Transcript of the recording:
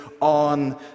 on